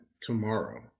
tomorrow